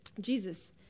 Jesus